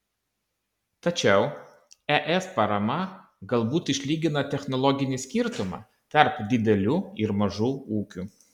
tačiau es parama galbūt išlygina technologinį skirtumą tarp didelių ir mažų ūkių